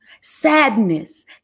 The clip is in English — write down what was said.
Sadness